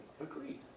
Agreed